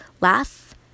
laugh